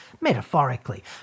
metaphorically